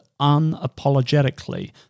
unapologetically